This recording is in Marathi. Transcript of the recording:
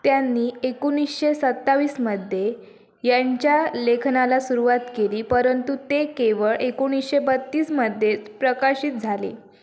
त्यांनी एकोणीसशे सत्तावीसमध्ये यांच्या लेखनाला सुरुवात केली परंतु ते केवळ एकोणीसशे बत्तीसमध्येच प्रकाशित झाले